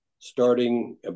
starting